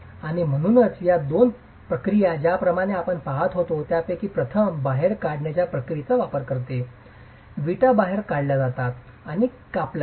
आणि म्हणूनच या दोन प्रक्रिया ज्याप्रमाणे आपण पहात होतो त्यापैकी प्रथम बाहेर काढण्याच्या प्रक्रियेचा वापर करते विटा बाहेर काढल्या जातात आणि कापल्या जातात